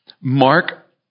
Mark